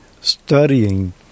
studying